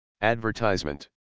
Advertisement